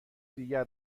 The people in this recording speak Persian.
دیگر